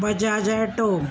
Bajaj auto